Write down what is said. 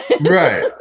Right